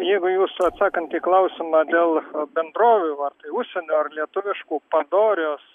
jeigu jūsų atsakant į klausimą dėl bendrovių ar tai užsienio ar lietuviškų padorios